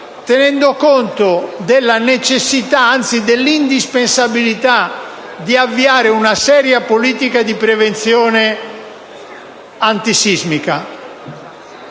tenendo conto della necessità, anzi della indispensabilità di avviare una seria politica di prevenzione antisismica.